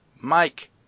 Mike